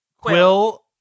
Quill